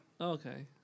Okay